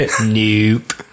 Nope